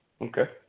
Okay